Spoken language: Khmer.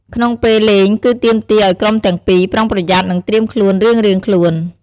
ក្នុងពេលលេងគឺទាមទារឲ្យក្រុមទាំងពីរ ប្រុងប្រយ័ត្ននិងត្រៀមខ្លួនរៀងៗខ្លួន។